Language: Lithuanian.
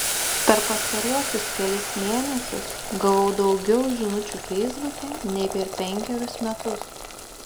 per pastaruosius kelis mėnesius gavau daugiau žinučių feisbuke nei per penkerius metus